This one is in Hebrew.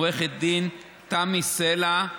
עו"ד תמי סלע,